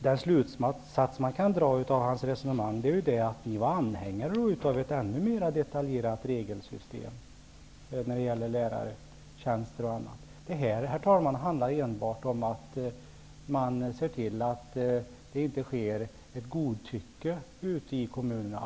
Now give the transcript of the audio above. Den slutsats som kan dras av förda resonemang är ju att ni var anhängare av ett ännu mer detaljerat regelsystem när det gäller t.ex. lärartjänster. Herr talman! Det handlar här enbart om att se till att det inte förekommer godtycke ute i kommunerna.